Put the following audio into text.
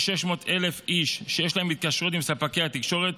כ-600,000 איש שיש להם התקשרויות עם ספקי התקשורת,